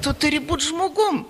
tu turi būti žmogum